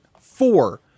four